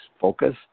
focus